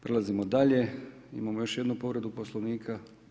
Prelazimo dalje, imamo još jednu povredu Poslovnika.